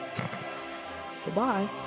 Goodbye